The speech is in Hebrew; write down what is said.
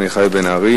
חבר הכנסת מיכאל בן-ארי.